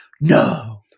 no